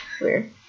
Weird